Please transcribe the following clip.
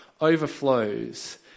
overflows